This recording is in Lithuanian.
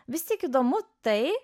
visi įdomu tai